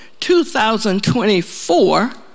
2024